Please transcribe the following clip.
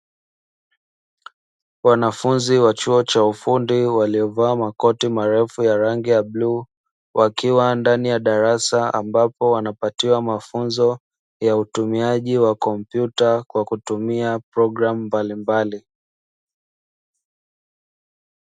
Wanafunzi wa chuo cha ufundi waliovaa makoti marefu ya rangi ya bluu wakiwa ndani ya darasa, ambapo wanapatiwa mafunzo ya utumiaji wa kompyuta kwa kutumia programu mbalimbali.